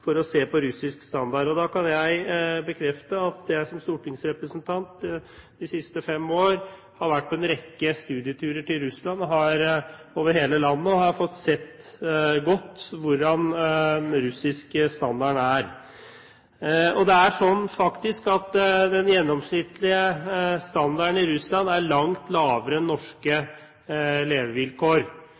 for å se på russisk standard. Da kan jeg bekrefte at jeg som stortingsrepresentant de siste fem år har vært på en rekke studieturer til Russland. Jeg har vært over hele landet og fått sett godt hvordan den russiske standarden er. Den gjennomsnittlige standarden i Russland er langt lavere enn den norske hva gjelder levevilkår,